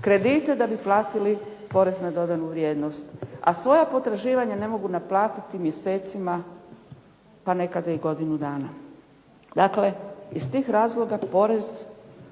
kredite da bi platili porez na dodanu vrijednost a svoja potraživanja ne mogu naplatiti mjesecima, pa nekada i godinu dana. Dakle, iz tih razloga porez